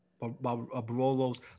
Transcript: Barolo's